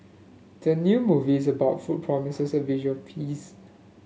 the new movies about food promises a visual feast